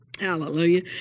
hallelujah